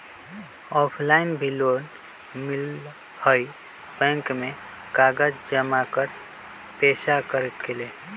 Offline भी loan मिलहई bank में कागज जमाकर पेशा करेके लेल?